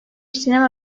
sinema